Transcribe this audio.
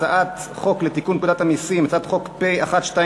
הצעת חוק לתיקון פקודת המסים (גבייה) (צירוף